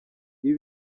ibi